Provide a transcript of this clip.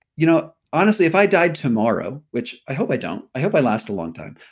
you know honestly if i die tomorrow which i hope i don't, i hope i last a long time,